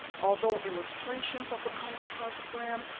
although illustrations of the kongo cosmogram,